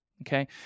Okay